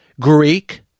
Greek